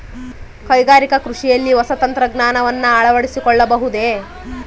ಕೈಗಾರಿಕಾ ಕೃಷಿಯಲ್ಲಿ ಹೊಸ ತಂತ್ರಜ್ಞಾನವನ್ನ ಅಳವಡಿಸಿಕೊಳ್ಳಬಹುದೇ?